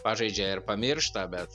pažaidžia ir pamiršta bet